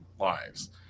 lives